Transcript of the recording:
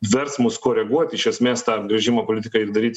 vers mus koreguoti iš esmės tą režimo politiką ir daryt